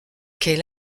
quel